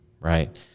right